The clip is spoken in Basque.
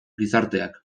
gizarteak